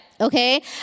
Okay